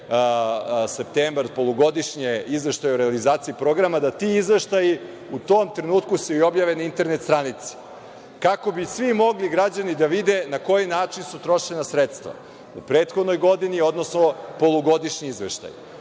1. septembar, polugodišnje izveštaje o realizaciji programa, da ti izveštaji u tom trenutku se i objave na internet stranici, kako bi svi građani mogli da vide na koji način su trošena sredstva u prethodnoj godini, odnosno polugodišnji